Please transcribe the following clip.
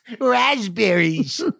raspberries